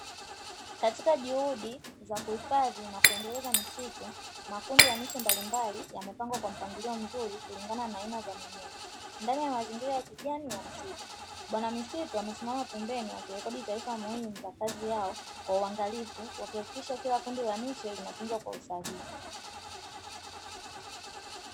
Katika juhudi za kuhifadhi na kuendeleza misitu, makundi ya miche mbalimbali yamepangwa kwa mpangilio mzuri kulingana na aina za mimea. Ndani ya mazingira ya kijani ya msitu Bwana misitu amesimama pembeni akirekodi taarifa muhimu za kazi yao kwa uangalifu, wakihakikisha kila kundi la miche linatunzwa kwa usahihi.